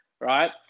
right